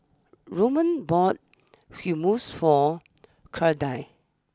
Roman bought Hummus for Claudine